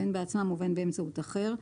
בין בעצמם ובין באמצעות אחר,